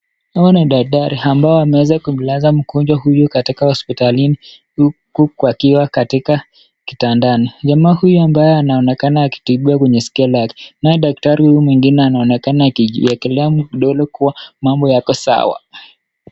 Hawa ni daktari ambao wameweza kumlaza mgonjwa huyu katika hospitalini huku wakiwa katika kitandani. Jamaa huyu ambaye anaonekana akitibiwa kwenye sikio lake. Naye daktari huyu mwingine anaonekana akijiwekelea kidole kuwa mambo yako sawa.